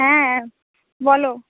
হ্যাঁ বলো